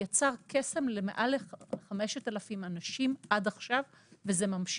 יצר קסם למעל ל-5,000 אנשים עד עכשיו וזה ממשיך.